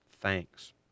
thanks